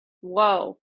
Whoa